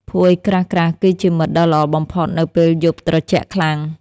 ភួយក្រាស់ៗគឺជាមិត្តដ៏ល្អបំផុតនៅពេលយប់ត្រជាក់ខ្លាំង។